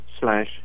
slash